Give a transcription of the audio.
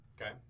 Okay